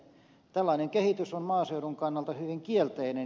tällainen kehitys on maaseudun kannalta hyvin kielteinen